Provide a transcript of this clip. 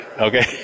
Okay